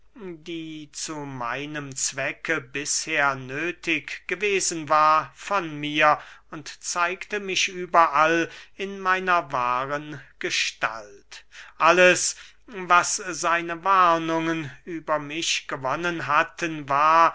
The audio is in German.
die zu meinem zwecke bisher nöthig gewesen war von mir und zeigte mich überall in meiner wahren gestalt alles was seine warnungen über mich gewonnen hatten war